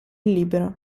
libero